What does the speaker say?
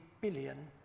billion